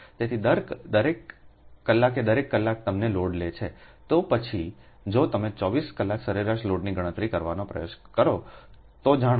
તેથી દર કલાકે દરેક કલાક તમને લોડ કરે છે તો પછી જો તમે 24 કલાક સરેરાશ લોડની ગણતરી કરવાનો પ્રયાસ કરો તો જાણો